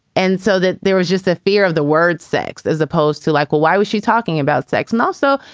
and so that there was just a fear of the word sex as opposed to like, well, why was she talking about sex? and also,